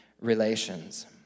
relations